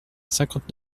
cinquante